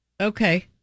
Okay